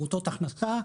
מעוטות הכנסה,